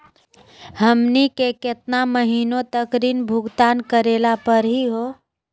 हमनी के केतना महीनों तक ऋण भुगतान करेला परही हो?